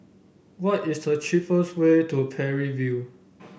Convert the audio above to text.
what is the cheapest way to Parry View